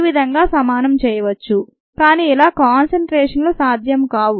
ఈ విధంగా సమానం చేయవచ్చు కానీ ఇలా కాన్సన్ట్రేషన్లు సాధ్యం కావు